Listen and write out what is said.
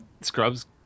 Scrubs